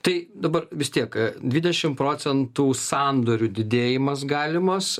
tai dabar vis tiek dvidešim procentų sandorių didėjimas galimas